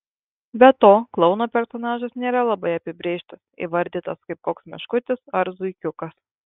be to klouno personažas nėra labai apibrėžtas įvardytas kaip koks meškutis ar zuikiukas